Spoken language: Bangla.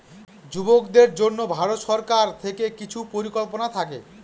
যুবকদের জন্য ভারত সরকার থেকে কিছু পরিকল্পনা থাকে